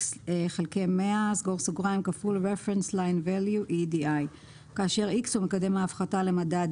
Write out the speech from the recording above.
1-(x\100) x Reference line value EEDI כאשר X הוא מקדם הפחתה למדד